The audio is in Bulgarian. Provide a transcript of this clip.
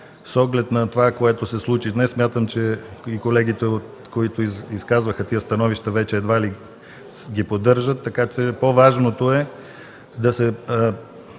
С оглед на това, което се случи днес, смятам, че колегите, които изказаха тези становища, едва ли ги поддържат. По-важното е да се